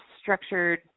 structured